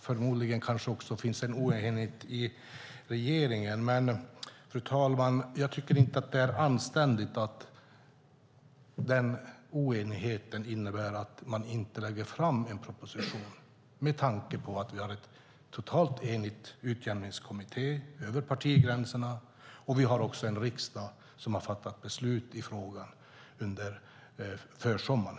Förmodligen finns det också en oenighet i regeringen. Men jag tycker inte att det är anständigt, fru talman, att den oenigheten innebär att man inte lägger fram en proposition, med tanke på att vi har en totalt enig utjämningskommitté över partigränserna och vi har en riksdag som har fattat beslut i frågan under försommaren.